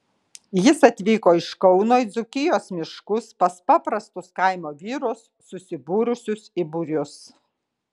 jis atvyko iš kauno į dzūkijos miškus pas paprastus kaimo vyrus susibūrusius į būrius